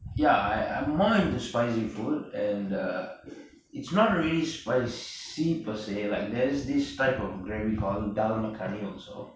ya I I'm more into spicy food and uh it's not really spicy per se like there's this type of gravy called dal makhani also